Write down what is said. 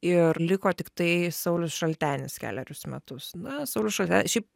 ir liko tiktai saulius šaltenis kelerius metus na saulius šalte šiaip